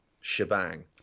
shebang